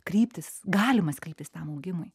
kryptis galimas kryptis tam augimui